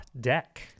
deck